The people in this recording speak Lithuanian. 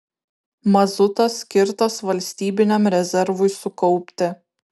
mazutas skirtas valstybiniam rezervui sukaupti